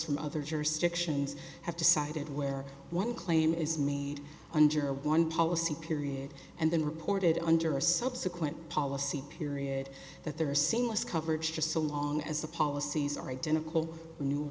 from other jurisdictions have decided where one claim is made under one policy period and then reported under a subsequent policy period that there are seamless coverage for so long as the policies are identical new